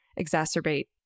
exacerbate